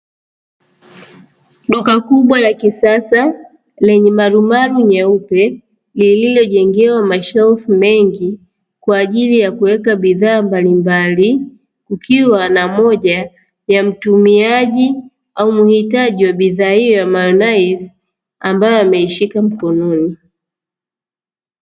Duka kubwa la kisasa lenye malumalu nyeupe lililojengewa mashelfu mengi kwa ajili ya kuweka bidhaa mbalimbali, kukiwa na moja ya mtumiaji au muhitaji wa bidhaa hiyo ambayo ameishika mkononi.